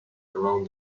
around